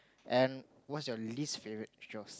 and what's your least favourite chores